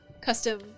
custom